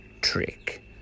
trick